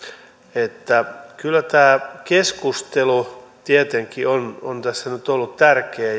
että kyllä tämä keskustelu tietenkin on on tässä nyt ollut tärkeä